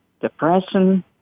depression